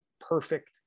perfect